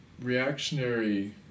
reactionary